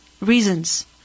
reasons